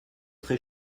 très